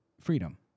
freedom